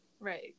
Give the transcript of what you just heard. Right